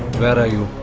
where are you?